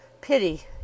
Pity